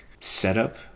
setup